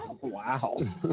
Wow